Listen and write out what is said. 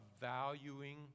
valuing